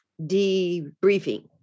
debriefing